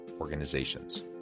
organizations